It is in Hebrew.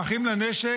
אתה ואחים לנשק,